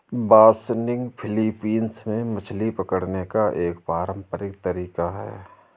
बासनिग Philippines में मछली पकड़ने का एक पारंपरिक तरीका है